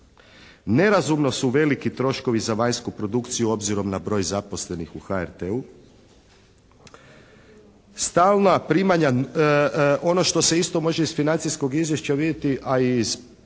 nerazumno su veliki troškovi za vanjsku produkciju obzirom na broj zaposlenih u HRT-u. Stalna primanja, ono što se isto može iz financijskog izvješća vidjeti, a i iz